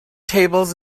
tables